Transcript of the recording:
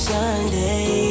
Sunday